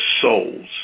souls